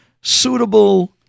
suitable